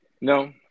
No